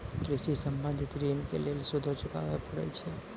कृषि संबंधी ॠण के लेल सूदो चुकावे पड़त छै?